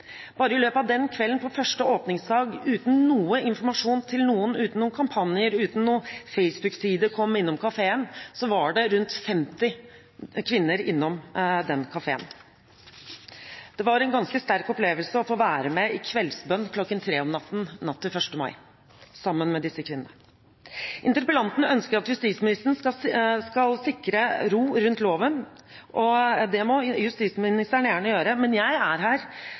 Bare i løpet av den kvelden, på første åpningsdag, uten noe informasjon til noen, uten noen kampanjer og uten noen Facebook-side med «kom innom kafeen», var det rundt 50 kvinner innom den kafeen. Det var en ganske sterk opplevelse å få være med i kveldsbønn kl. 3 om natten natt til 1. mai sammen med disse kvinnene. Interpellanten ønsker at justisministeren skal sikre ro rundt loven. Det må justisministeren gjerne gjøre, men jeg er her